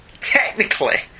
technically